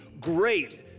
great